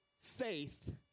faith